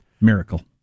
Miracle